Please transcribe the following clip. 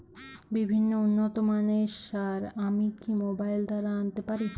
বিভিন্ন উন্নতমানের সার আমি কি মোবাইল দ্বারা আনাতে পারি?